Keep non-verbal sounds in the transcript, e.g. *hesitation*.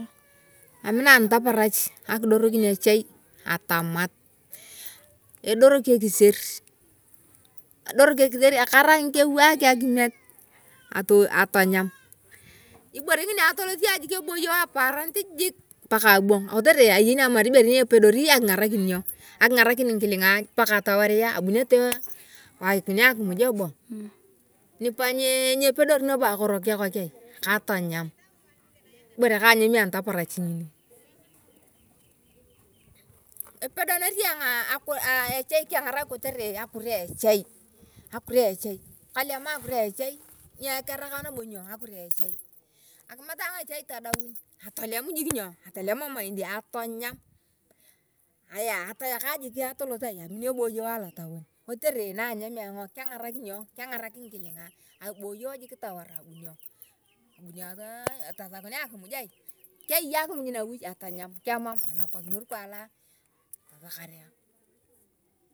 Amina ayong nataparach akidonkin echai atamagt edorok ekiser edook ekiser ekarung ewaak akimiet atanyam ibore ngini atolisia ayong jik eboiyoo aparaanit jik mpaka chiang kotere ayeni ayong atamar iboree ni epedori akingarakin nyoo akingarakin ngkilinga mpaka eyepedori abunio tee *hesitation* akimuj ebong eyepedori nabo akhoro kekok aiii kotonyam ibere kong anyami nying nataparach ngesi ngini. Epodonori echei keengarak keteree *hesitation* akhoro a echei kakma ayong akure a echai. Akimat ayong eechei tadaua atolem jik inyoo atotem emaindi atonyan ngaya atoekaa atoloto aiii amin jik ebioyio a lotaun